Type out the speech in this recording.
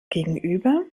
gegenüber